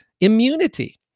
immunity